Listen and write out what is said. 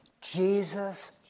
Jesus